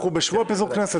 אנחנו בשבוע של פיזור הכנסת,